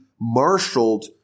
marshaled